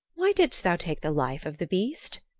why didst thou take the life of the beast?